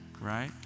right